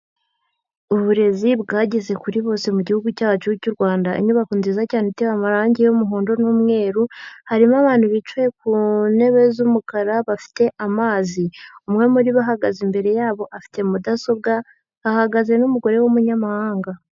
Uburezi bwageze kuri bose mu gihugu cyacu cy'u Rwanda, inyubako nziza cyane itewe amarange y'umuhondo n'umweru harimo abantu bicaye ku ntebe z'umukara bafite amazi, umwe muri bo ahagaze imbere yabo afite mudasobwa, hahagaze n'umugore w'umunyamahanga.